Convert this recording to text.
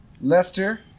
Lester